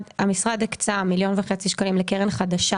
המשרד הקצה מיליון וחצי שקלים לקרן חדשה